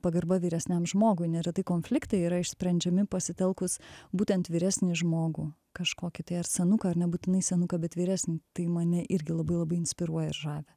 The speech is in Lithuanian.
pagarba vyresniam žmogui neretai konfliktai yra išsprendžiami pasitelkus būtent vyresnį žmogų kažkokį tai ar senuką ar nebūtinai senuką bet vyresni tai mane irgi labai labai inspiruoja ir žavi